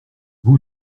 vous